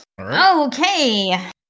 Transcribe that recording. Okay